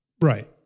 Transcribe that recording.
Right